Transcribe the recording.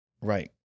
Right